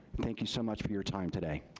thank you so much for your time today.